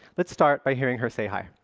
let's start by hearing her say hi.